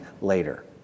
later